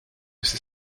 ses